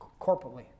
corporately